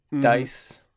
dice